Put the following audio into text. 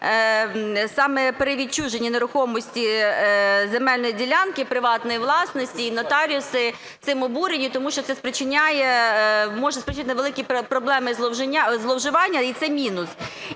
саме при відчуженні нерухомості земельної ділянки приватної власності. І нотаріуси цим обурені, тому що це спричиняє, може спричинити великі проблеми зловживання, і це мінус.